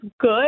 good